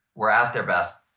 were at their best,